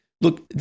Look